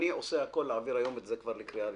אני עושה הכול להעביר כבר היום את הצעת החוק בקריאה הראשונה,